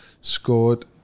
scored